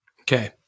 Okay